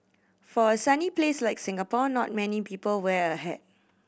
for a sunny place like Singapore not many people wear a hat